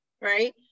right